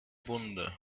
wunde